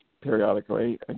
periodically